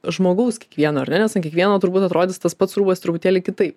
žmogaus kiekvieno ar ne nes ant kiekvieno turbūt atrodys tas pats rūbas truputėlį kitaip